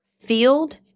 field